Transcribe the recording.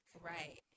right